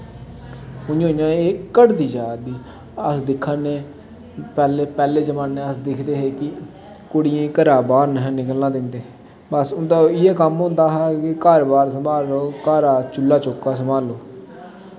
उ'आं उ'आं एह् घटदी जा दी अस दिक्खै ने पैह्ले जमाने अस दिखदे हे कि कुड़ियें गी घरादा बाह्र नेईं हे निकलना दिंदे बस उं'दा इ'यै कम्म होंदा हा कि घर बाह्र संभालो घरा दा चूह्ला चौका सम्भालो